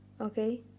okay